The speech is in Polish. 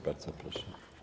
Bardzo proszę.